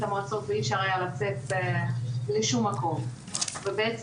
המועצות ואי אפשר היה לצאת לשום מקום ובעצם,